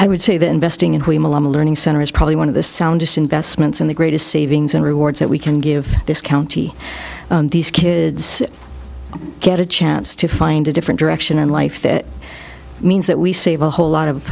i would say that investing and learning center is probably one of the soundest investments in the greatest savings and rewards that we can give this county these kids get a chance to find a different direction in life that means that we save a whole lot of